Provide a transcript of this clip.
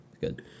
Good